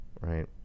right